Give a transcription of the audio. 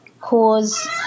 cause